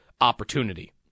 opportunity